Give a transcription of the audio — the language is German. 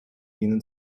ihnen